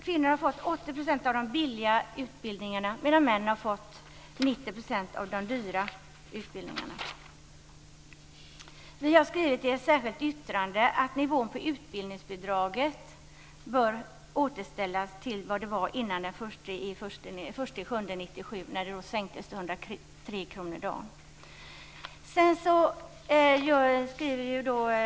Kvinnorna har fått 80 % av de billiga utbildningarna, medan männen har fått Vi har skrivit i ett särskilt yttrande att nivån på utbildningsbidraget bör återställas till vad det var innan den 1 juli 1997, när det sänktes till 103 kr per dag.